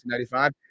1995